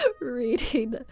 reading